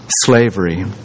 slavery